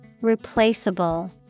Replaceable